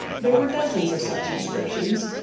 there were dozens of such inscriptions,